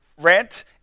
rent